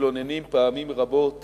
מתלוננים פעמים רבות